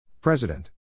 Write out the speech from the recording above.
President